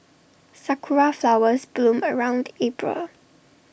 Sakura Flowers bloom around April